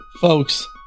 folks